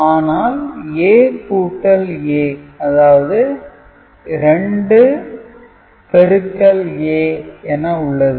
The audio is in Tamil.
ஆனால் A கூட்டல் A அதாவது 2×A என உள்ளது